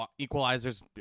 equalizers